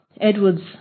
Edwards